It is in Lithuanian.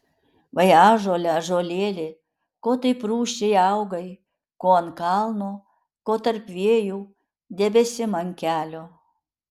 vai ąžuole ąžuolėli ko taip rūsčiai augai ko ant kalno ko tarp vėjų debesim ant kelio